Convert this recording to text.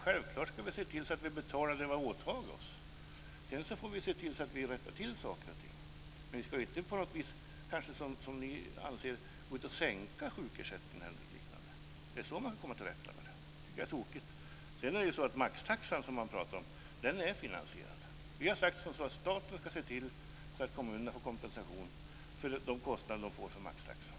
Självfallet ska vi se till att vi betalar det som vi har åtagit oss. Sedan måste vi också rätta till saker och ting, men inte genom att - som ni anser - sänka sjukersättningen. Är det så man kommer till rätta med problemet? Det tycker jag är tokigt. Maxtaxan är finansierad. Vi har sagt att staten ska se till att kommunerna får kompensation för de kostnader som de får för maxtaxan.